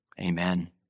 Amen